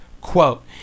Quote